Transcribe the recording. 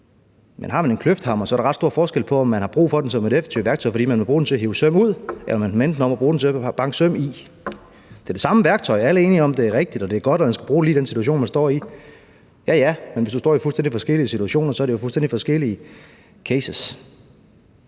Men har man en kløfthammer, er der ret stor forskel på, om man har brug for den som et effektivt værktøj, fordi man vil bruge den til at hive søm ud, eller om man vil vende den om og bruge den til at banke søm i. Det er det samme værktøj, og alle er enige om, at det er rigtigt og godt, og at man skal bruge det lige i den situation, man står i. Ja, ja, men hvis du står i fuldstændig forskellige situationer, er det fuldstændig forskellige cases.